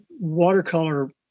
watercolor